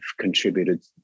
contributed